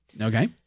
Okay